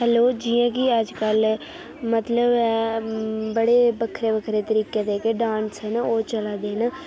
hello जियां कि अज्जकल मतलब बड़े बक्खरे बक्खरे तरीके दे जेह्के डान्स न ओह् चलै दे न